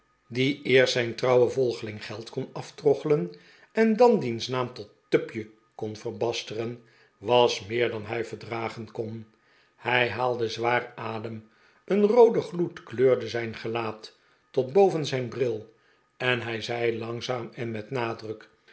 die eerst zijn trouwen volgeling geld kon aftroggelen en dan diens naam tot tupje kon verbasteren was meer dan hij verdragen kon hij haalde zwaar adem een roode gloed kleurde zijn gelaat tot boven zijn bril en hij zei langzaam en met nadruk